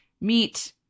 meet